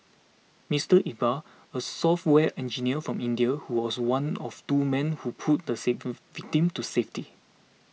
Mister Iqbal a software engineer from India who was one of two men who pulled the victim to safety